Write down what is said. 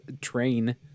train